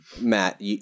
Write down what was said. Matt